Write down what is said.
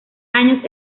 años